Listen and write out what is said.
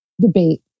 debate